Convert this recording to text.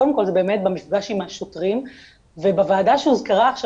קודם כל זה במפגש עם השוטרים ובוועדה שהוזכרה עכשיו